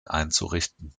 einzurichten